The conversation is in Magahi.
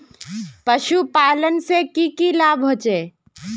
पशुपालन से की की लाभ होचे?